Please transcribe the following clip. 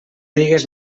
digues